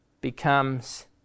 becomes